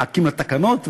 מחכים לתקנות,